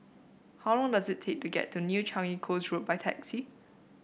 how long does it take to get to New Changi Coast Road by taxi